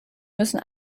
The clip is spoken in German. müssen